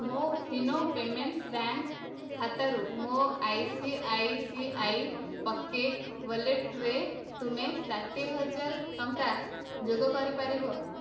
ମୋ Fino payments bank ଖାତାରୁ ମୋ ଆଇସିଆଇସିଆଇ ପକେଟ୍ ୱାଲେଟରେ ତୁମେ ଷାଠିଏ ହଜାର ଟଙ୍କା ଯୋଗ କରିପାରିବ